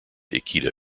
ikeda